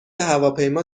هواپیما